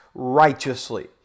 righteously